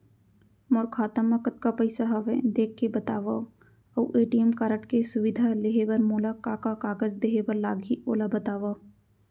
मोर खाता मा कतका पइसा हवये देख के बतावव अऊ ए.टी.एम कारड के सुविधा लेहे बर मोला का का कागज देहे बर लागही ओला बतावव?